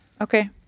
Okay